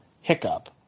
hiccup